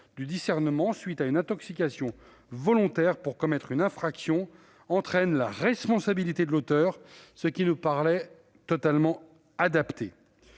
du discernement, à la suite d'une intoxication volontaire pour commettre une infraction, entraîne la responsabilité de l'auteur, ce qui nous paraît tout à fait adapté.